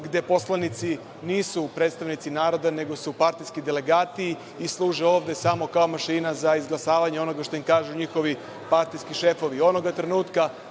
gde poslanici nisu predstavnici naroda nego su partijski delegati i služe ovde samo kao mašina za izglasavanje onoga što im kažu njihovi partijski šefovi. Onoga trenutka